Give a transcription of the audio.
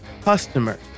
customer